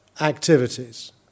activities